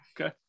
okay